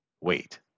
Wait